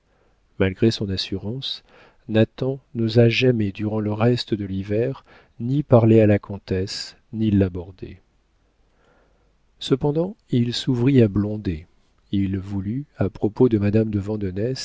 malgré son assurance nathan n'osa jamais durant le reste de l'hiver ni parler à la comtesse ni l'aborder cependant il s'ouvrit à blondet il voulut à propos de madame de